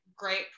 great